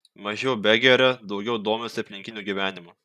mažiau begeria daugiau domisi aplinkiniu gyvenimu